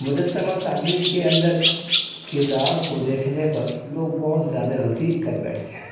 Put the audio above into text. مجسمہ سازی کے اندر کردار کو دیکھنے پر لوگ بہت زیادہ غلطی کر بیٹھتے ہیں